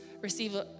receive